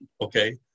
Okay